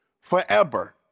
forever